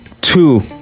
Two